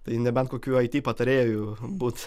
tai nebent kokiu it patarėju būt